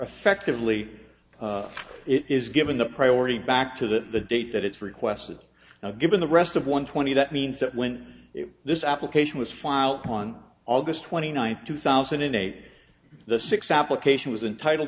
effectively it is given the priority back to the date that it's requested now given the rest of one twenty that means that when this application was filed on august twenty ninth two thousand and eight the six application was entitled